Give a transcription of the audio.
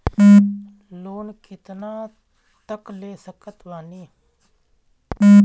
Loan कितना तक ले सकत बानी?